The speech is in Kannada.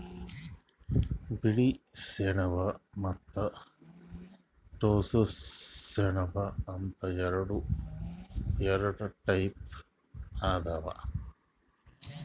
ಬಿಳಿ ಸೆಣಬ ಮತ್ತ್ ಟೋಸ್ಸ ಸೆಣಬ ಅಂತ್ ಎರಡ ಟೈಪ್ ಅದಾವ್